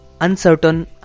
uncertain